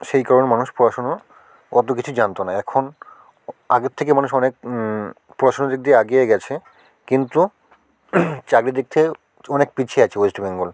সেই কারণে মানুষ পড়াশুনো অত কিছু জানত না এখন আগের থেকে মানুষ অনেক পড়াশুনোর দিক দিয়ে আগিয়ে গেছে কিন্তু চাকরির দিক থেকে অনেক পিছিয়ে আছে ওয়েস্ট বেঙ্গল